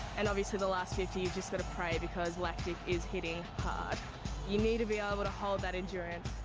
and obviously the last fifty, you've just gotta pray because lactic is hitting hard. you need to be able ah but to hold that endurance.